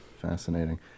fascinating